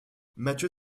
matthieu